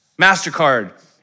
MasterCard